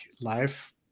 life